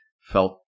felt